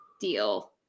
deal